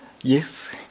yes